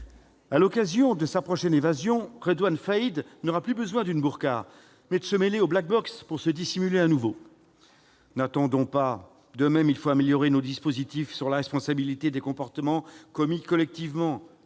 À l'occasion de sa prochaine évasion, Rédoine Faïd n'aura plus besoin d'une burqa, mais il se mêlera aux Black Blocs pour se dissimuler à nouveau ... N'attendons donc pas ! De même, il faut améliorer nos dispositifs concernant la responsabilité des dégradations commises collectivement.